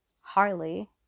Harley